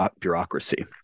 bureaucracy